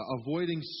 Avoiding